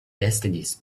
destinies